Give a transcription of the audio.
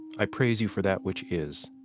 i praise you for that which is.